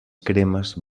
cremes